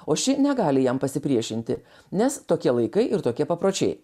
o ši negali jam pasipriešinti nes tokie laikai ir tokie papročiai